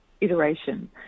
iteration